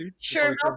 Sure